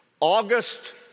August